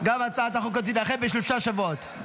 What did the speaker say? גם הצעת החוק הזאת תידחה בשלושה שבועות.